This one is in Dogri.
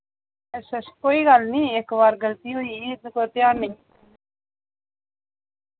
अच्छा अच्छ कोई गल्ल नी इक बार गलती होई गेई